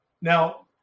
Now